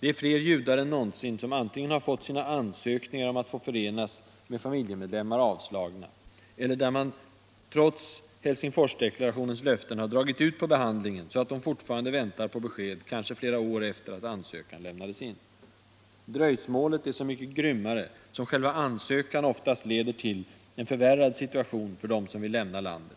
I fler fall än någonsin har antingen judar fått sina ansökningar om att få återförenas med familjemedlemmar avslagna eller också har, trots Helsingforsdeklarationens löften, behandlingen dragits ut så att de fortfarande väntar på besked, kanske flera år efter det att ansökan lämnades in. Dröjsmålet är så mycket grymmare som själva ansökan vanligen leder ull en förvärrad situation för dem som vill lämna landet.